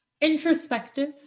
Introspective